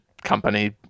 company